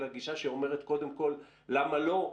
אלא גישה שאומרת קודם כל למה לא,